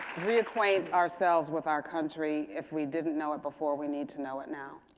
reacquaint ourselves with our country. if we didn't know it before, we need to know it now.